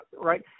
Right